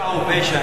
פשע הוא פשע.